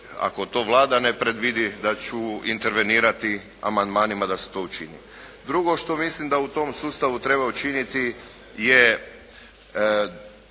ako to Vlada ne predvidi da ću intervenirati amandmanima da se to učini. Drugo što mislim da u tom sustavu treba učiniti je